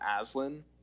Aslan